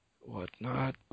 whatnot